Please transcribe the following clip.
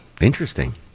Interesting